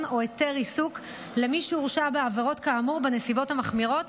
או היתר עיסוק למי שהורשע בעבירות כאמור בנסיבות המחמירות